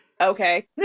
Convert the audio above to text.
okay